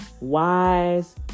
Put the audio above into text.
wise